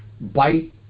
bite